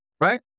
right